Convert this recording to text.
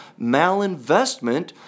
malinvestment